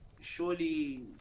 surely